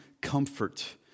comfort